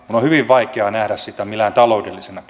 on hyvin vaikea nähdä sitä minään taloudellisena